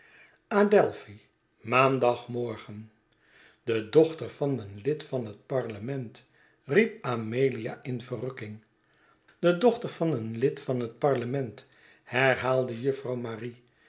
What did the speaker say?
adelphi maandag morgen de dochter van een lid van het parlement riep amelia in verrukking de dochter van een lid van het parlement i herhaalde juffrouw marie